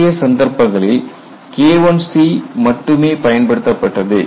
முந்தைய சந்தர்ப்பங்களில் K1c மட்டுமே பயன்படுத்தப்பட்டது